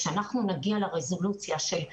כשנגיע לרזולוציה של ילד,